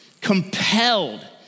compelled